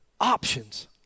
options